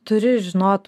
turi žinot